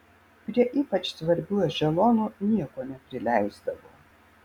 prie ypač svarbių ešelonų nieko neprileisdavo